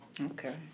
Okay